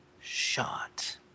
shot